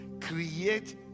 Create